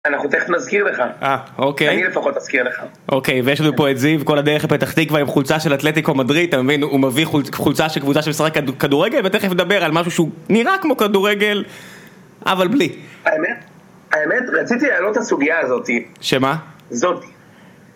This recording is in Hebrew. אנחנו תכף נזכיר לך אה, אוקיי אני לפחות אזכיר לך אוקיי, ויש לנו פה את זיו, כל הדרך לפתח תקווה, עם חולצה של אתלטיקו מדריד, אתה מבין? הוא מביא חולצה של קבוצה שמשחקת כדורגל, ותכף ידבר על משהו שהוא נראה כמו כדורגל אבל בלי. האמת האמת, רציתי להעלות את הסוגיה הזאתי. שמה? זאתי